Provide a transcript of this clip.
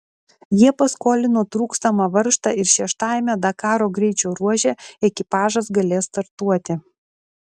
jie paskolino trūkstamą varžtą ir šeštajame dakaro greičio ruože ekipažas galės startuoti